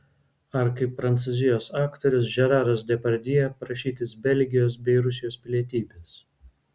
ar kaip prancūzijos aktorius žeraras depardjė prašytis belgijos bei rusijos pilietybės